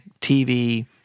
TV